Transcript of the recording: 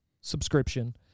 subscription